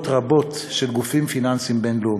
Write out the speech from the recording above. רבות של גופים פיננסיים בין-לאומיים.